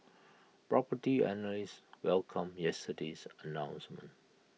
Property Analysts welcomed yesterday's announcement